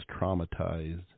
traumatized